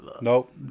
Nope